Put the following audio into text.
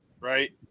right